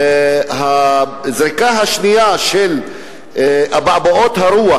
עם הזריקה השנייה של אבעבועות הרוח.